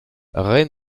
ren